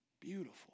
Beautiful